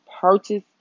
purchase